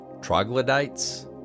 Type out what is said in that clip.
Troglodytes